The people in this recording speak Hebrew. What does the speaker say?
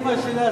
אמא שלה,